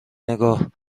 نگاه